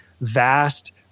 vast